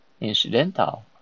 Incidental